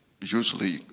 usually